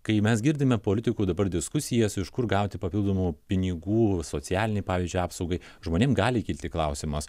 kai mes girdime politikų dabar diskusijas iš kur gauti papildomų pinigų socialinei pavyzdžiui apsaugai žmonėm gali kilti klausimas